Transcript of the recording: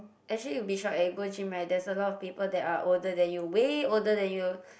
actually you'll be shock eh you go gym right there's a lot of people that are older than you way older than you